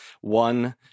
one